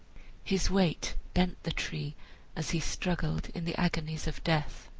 his weight bent the tree as he struggled in the agonies of death.